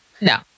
no